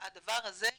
הדבר הזה נמחק,